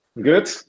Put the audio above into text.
Good